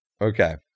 Okay